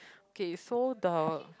okay so the